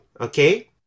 okay